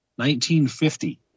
1950